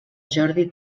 jordi